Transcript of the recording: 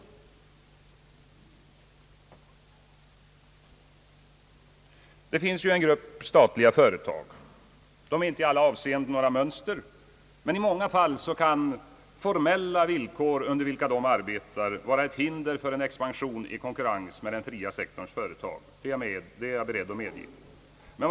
Det finns en grupp statliga företag, som inte i alla avseenden är några mönster, men som i många fall på grund av de formella villkor under vilka de arbetar kan vara förhindrade att konkurrera med den fria sektorns företag, det är jag beredd att medge.